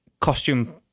costume